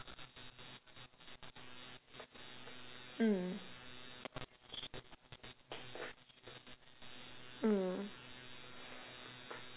mm mm